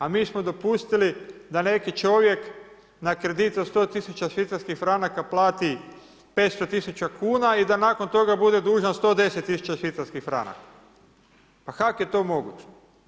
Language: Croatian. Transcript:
A mi smo dopustili da neki čovjek na kredit od 100 000 Švicarskih franaka plati 500 000 kuna i da nakon toga bude dužan 110 000 Švicarskih franaka pa kak je to moguće?